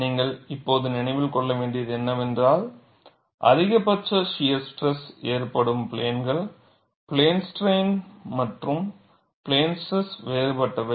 நீங்கள் இப்போது நினைவில் கொள்ள வேண்டியது என்னவென்றால் அதிகபட்ச ஷியர் ஸ்ட்ரெஸ் ஏற்படும் பிளேன் கள் பிளேன் ஸ்ட்ரைன் plane strain மற்றும் பிளேன் ஸ்ட்ரெஸ் வேறுபட்டவை